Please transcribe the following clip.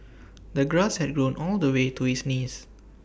the grass had grown all the way to his knees